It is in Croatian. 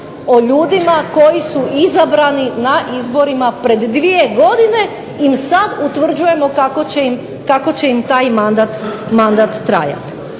o ljudima koji su izabrani na izborima pred dvije godine i sad utvrđujemo kako će im taj mandat trajati.